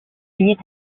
lead